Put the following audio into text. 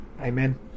amen